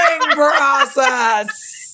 process